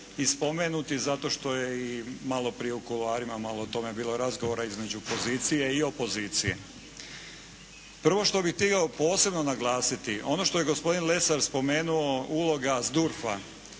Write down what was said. i spomenuti zato što je i malo prije u kuloarima malo o tome bilo razgovora između pozicije i opozicije. Prvo što bih htio posebno naglasiti, ono što je gospodin Lesar spomenuo uloga SDURF-a